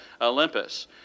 Olympus